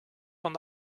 van